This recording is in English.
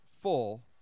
full